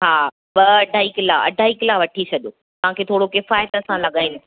हा ॿ अढाई किला अढाई किला वठी छॾियो तव्हां खे थोरो किफ़ायत सां लॻाईंदी मांव